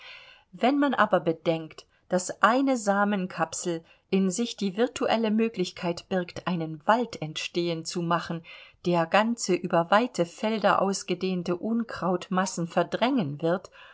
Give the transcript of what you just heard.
wenn man aber bedenkt daß eine samenkapsel in sich die virtuelle möglichkeit birgt einen wald entstehen zu machen der ganze über weite felder ausgedehnte unkrautmassen verdrängen wird